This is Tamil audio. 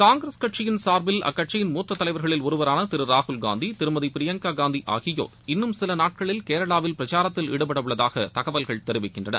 காங்கிரஸ் கட்சியின் சார்பில் அக்கட்சியின் மூத்த தலைவர்களில் ஒருவரான திரு ராகுல் காந்தி திருமதி பிரியங்கா காந்தி ஆகியோர் இன்னும் சில நாட்களில் கேரளாவில் பிரசாரத்தில் ஈடுபட உள்ளதாக தகவல்கள் தெரிவிக்கின்றன